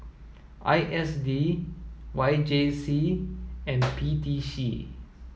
I S D Y J C and P T C